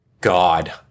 God